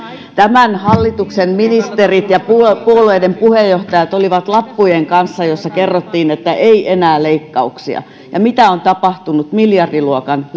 tämän hallituksen ministerit ja puolueiden puheenjohtajat olivat lappujen kanssa joissa kerrottiin että ei enää leikkauksia ja mitä on tapahtunut miljardiluokan